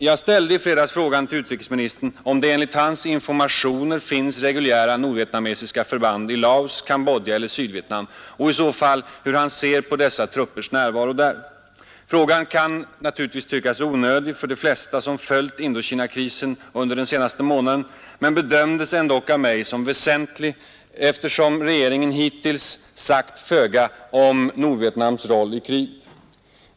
Jag ställde i fredags frågan till utrikesministern om det enligt hans informationer finns reguljära nordvietnamesiska förband i Sydvietnam, Laos eller Cambodja och hur man i så fall ser på dessa truppers närvaro där. Frågan kan synas onödig för de flesta som följt Indokinakrisen under den senaste månaden men bedömes ändock av mig som väsentlig, eftersom regeringen hittills sagt föga om Nordvietnams roll i kriget.